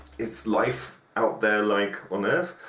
its life out there like on earth